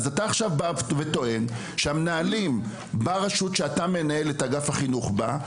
אתה בא וטוען שמנהלים בבתי הספר ברשות שאתה מנהל את אגף החינוך בה,